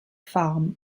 farm